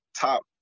top